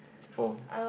four